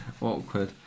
awkward